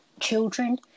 children